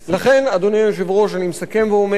לכן, אדוני היושב-ראש, אני מסכם ואומר: